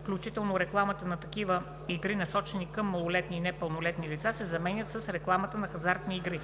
включително рекламата на такива игри, насочена към малолетни и непълнолетни лица“ се заменят с „рекламата на хазартни игри“.